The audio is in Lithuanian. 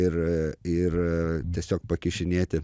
ir ir tiesiog pakišinėti